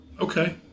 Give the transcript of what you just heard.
Okay